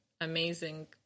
amazing